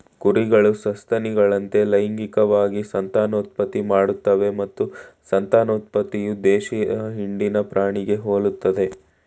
ಕುರಿಗಳು ಸಸ್ತನಿಗಳಂತೆ ಲೈಂಗಿಕವಾಗಿ ಸಂತಾನೋತ್ಪತ್ತಿ ಮಾಡ್ತವೆ ಮತ್ತು ಸಂತಾನೋತ್ಪತ್ತಿಯು ದೇಶೀಯ ಹಿಂಡಿನ ಪ್ರಾಣಿಗೆ ಹೋಲ್ತದೆ